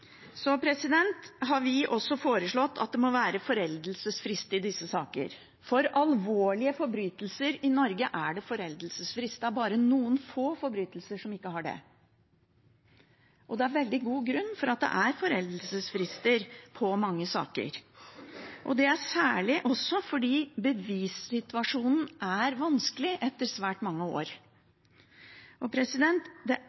har også foreslått at det må være foreldelsesfrist i disse sakene. For alvorlige forbrytelser i Norge er det foreldelsesfrist, det er bare noen få forbrytelser som ikke har det. Det er veldig gode grunner til at det er foreldelsesfrist i mange saker, og det er særlig også fordi bevissituasjonen er vanskelig etter svært mange år. Det